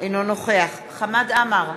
אינו נוכח חמד עמאר,